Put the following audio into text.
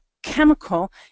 chemical